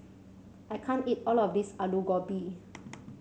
I can't eat all of this Aloo Gobi